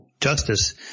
justice